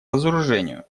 разоружению